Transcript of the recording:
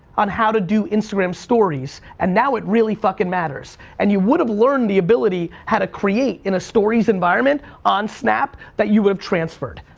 on how to do instagram stories, and now it really fucking matters, and you would have learned the ability, how to create in a stories environment on snap, that you would have transferred.